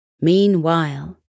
Meanwhile